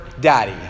daddy